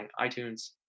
iTunes